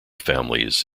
families